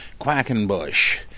Quackenbush